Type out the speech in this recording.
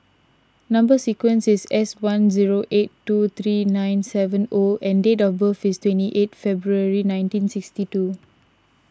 Number Sequence is S one zero eight two three nine seven O and date of birth is twenty eight February nineteen sixty two